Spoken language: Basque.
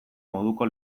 moduko